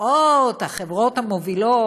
באות החברות המובילות,